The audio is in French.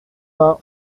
vingts